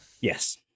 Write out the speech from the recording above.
Yes